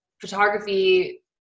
photography